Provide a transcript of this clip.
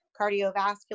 cardiovascular